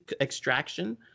Extraction